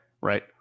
right